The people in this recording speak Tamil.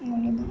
அவ்வளோ தான்